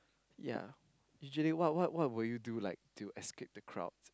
yea usually what what what would you do like to escape the crowd